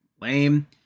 Lame